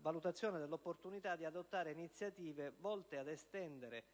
valutazione dell'opportunità «di adottare iniziative volte a estendere